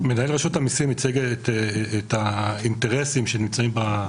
מנהל רשות המיסים הציג את האינטרסים שנמצאים על השולחן.